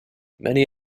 many